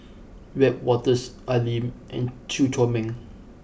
Wiebe Wolters Al Lim and Chew Chor Meng